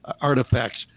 artifacts